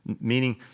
Meaning